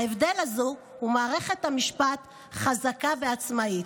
ההבדל הזה הוא מערכת המשפט חזקה ועצמאית.